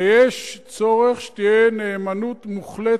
ויש צורך שתהיה נאמנות מוחלטת.